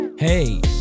Hey